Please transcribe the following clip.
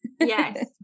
Yes